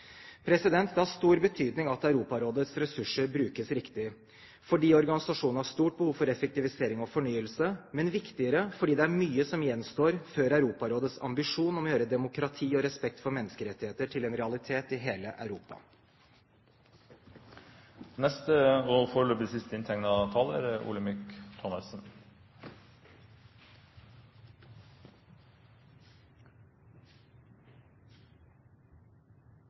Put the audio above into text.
Det har stor betydning at Europarådets ressurser brukes riktig, fordi organisasjonen har stort behov for effektivisering og fornyelse, men – viktigere – fordi det er mye som gjenstår før Europarådets ambisjon om å gjøre demokrati og respekt for menneskerettigheter til en realitet i hele Europa. Jeg vil gjerne benytte anledningen når utenriksministeren er